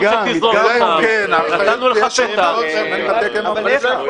במקום שתזרוק אותם נתנו לך פתח ------ את התקן --- בשטח.